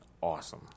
awesome